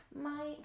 My-